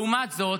לעומת זאת,